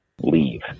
leave